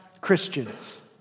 Christians